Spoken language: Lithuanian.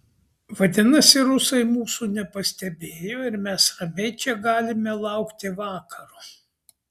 vadinasi rusai mūsų nepastebėjo ir mes ramiai čia galime laukti vakaro